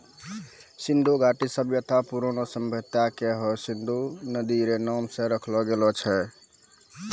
सिन्धु घाटी सभ्यता परौनो सभ्यता छै हय सिन्धु नदी रो नाम से राखलो गेलो छै